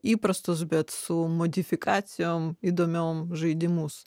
įprastus bet su modifikacijoms įdomiom žaidimus